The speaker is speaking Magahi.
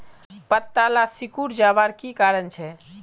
पत्ताला सिकुरे जवार की कारण छे?